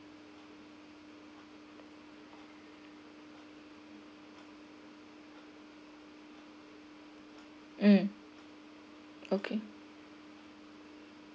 hmm okay